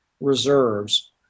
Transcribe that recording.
reserves